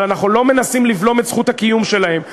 אבל אנחנו לא מנסים לבלום את זכות הקיום שלהם.